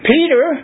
Peter